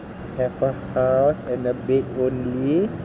have a house and a bed only